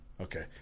Okay